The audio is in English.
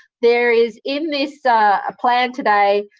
there is, in this plan today,